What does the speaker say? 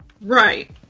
Right